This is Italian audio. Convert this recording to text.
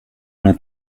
una